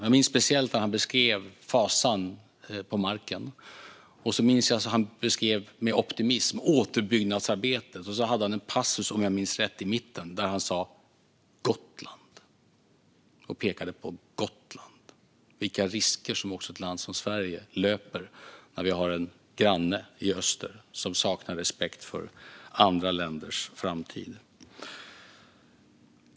Jag minns speciellt när han beskrev fasan på marken, och jag minns när han med optimism beskrev återbyggnadsarbetet. Om jag minns rätt hade han en passus i mitten där han sa: Gotland. Han pekade på Gotland och talade om vilka risker ett land som Sverige löper när vi har en granne i öster som saknar respekt för andra länders framtid.